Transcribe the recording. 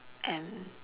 and